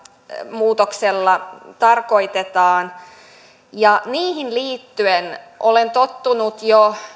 muutoksella tarkoitetaan niihin liittyen olen tottunut jo